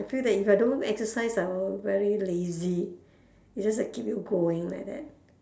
I feel that if I don't exercise I will very lazy it's just like keep you going like that